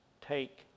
take